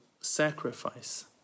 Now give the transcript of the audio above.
sacrifice